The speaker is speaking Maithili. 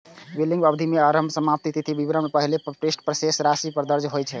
बिलिंग अवधि के आरंभ आ समाप्ति तिथि विवरणक पहिल पृष्ठ पर शेष राशि लग दर्ज होइ छै